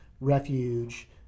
refuge